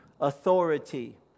authority